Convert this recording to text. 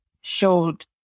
showed